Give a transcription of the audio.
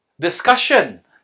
Discussion